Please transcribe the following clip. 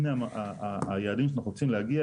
הנה היעדים שאנחנו רוצים להגיע,